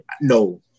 no